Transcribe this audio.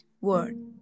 word